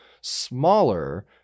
smaller –